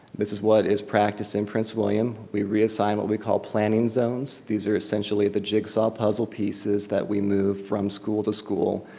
this is what his practice in prince william, we reassign what we call planning zones. these are essentially the jigsaw puzzle pieces that we move from school to school.